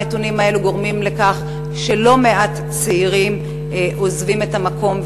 הנתונים האלו גורמים לכך שלא מעט צעירים עוזבים את המקום,